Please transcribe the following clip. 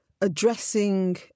addressing